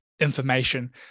information